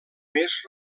més